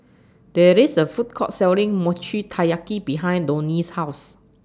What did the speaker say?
There IS A Food Court Selling Mochi Taiyaki behind Donie's House